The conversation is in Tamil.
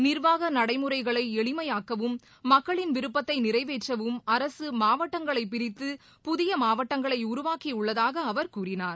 நிர்வாக நடைமுறைகளை எளிமையாக்கவும் மக்களின் விருப்பத்தை நிறைவேற்றவும் அரசு மாவட்டங்களை பிரித்து புதிய மாவட்டங்களை உருவாக்கியுள்ளதாக அவர் கூறினார்